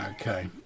Okay